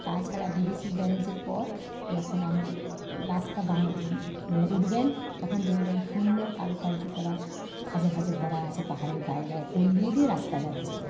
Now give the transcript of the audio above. তাছাড়া D V সির ব্যারেজের পর যখন আপনি রাস্তা উঠবেন তখন দেখবেন সুন্দর কারুকার্য করা খাঁজে খাঁজে ভরা আছে পাহাড়ের গায়ে গায়ে কোল দিয়ে দিয়ে রাস্তা যাচ্ছে